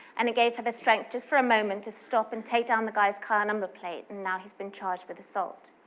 and it gave her the strength, just for a moment, to stop and take down the guy's car number plate, and now he's been charged with assault.